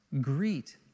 Greet